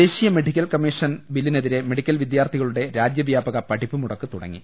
ദേശീയ medical commission ബില്ലിനെതിരെ medical വിദ്യാർത്ഥികളുടെ രാജ്യവ്യാപക പഠിപ്പ് മുടക്ക് തുടങ്ങി